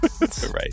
right